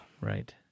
Right